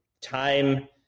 time